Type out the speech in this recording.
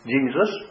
Jesus